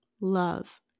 love